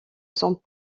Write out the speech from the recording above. sont